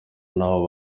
n’aho